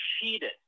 cheated